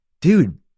dude